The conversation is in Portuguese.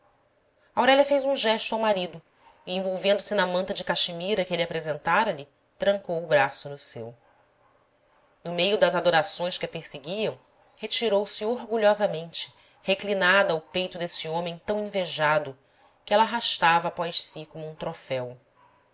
terminar aurélia fez um gesto ao marido e envolvendo-se na manta de caxemira que ele apresentara lhe trançou o braço no seu no meio das adorações que a perseguiam retirou-se orgulhosamente reclinada ao peito desse homem tão invejado que ela arrastava após si como um troféu